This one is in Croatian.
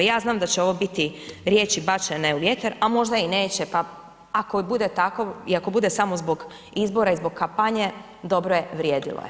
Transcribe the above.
Ja znam da će ovo biti riječi biti bačene u vjetar, a možda i neće, pa ako bude tako i ako bude samo zbog izbora i zbog kampanje, dobro je vrijedilo je.